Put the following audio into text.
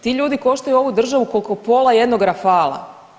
Ti ljudi koštaju ovu državu koliko pola jednog Rafala.